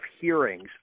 hearings